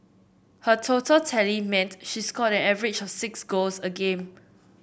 her total tally meant she scored an average of six goals a game